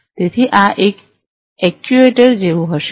તેથી આ એક એક્ચુએટર જેવું હશે